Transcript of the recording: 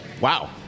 Wow